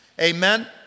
Amen